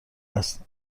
است